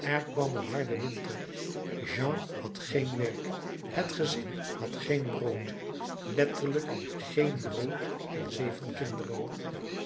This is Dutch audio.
er kwam een harde winter jean had geen werk het gezin had geen brood letterlijk geen brood en zeven kinderen